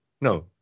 No